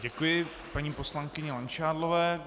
Děkuji paní poslankyni Langšádlové.